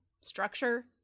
structure